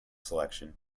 selection